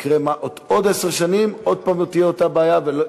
עוד עשר שנים תהיה שוב אותה בעיה.